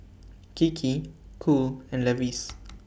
Kiki Cool and Levi's